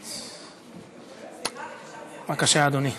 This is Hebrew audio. בבקשה, אדוני.